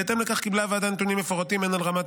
בהתאם לכך קיבלה הוועדה נתונים מפורטים הן על רמת